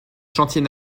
chantiers